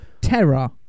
Terror